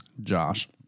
Josh